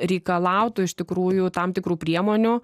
reikalautų iš tikrųjų tam tikrų priemonių